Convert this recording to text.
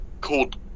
called